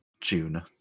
June